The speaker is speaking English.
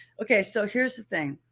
okay, so here's the thing.